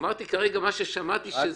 אמרתי כרגע מה ששמעתי שמתבצע.